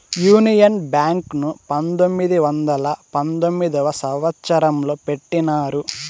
union Bank ను పంతొమ్మిది వందల పంతొమ్మిదవ సంవచ్చరంలో పెట్టినారు